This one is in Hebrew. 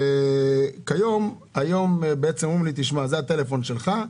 והיום בעצם אומרים לי, זה הטלפון שלך.